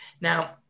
Now